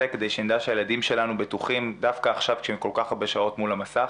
כדי שנדע שהילדים שלנו בטוחים דווקא עכשיו כשהם כל כך הרבה שעות מול המסך